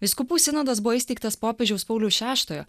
vyskupų sinodas buvo įsteigtas popiežiaus pauliaus šeštojo